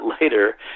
later